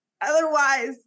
Otherwise